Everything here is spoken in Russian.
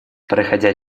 проходя